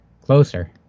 closer